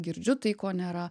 girdžiu tai ko nėra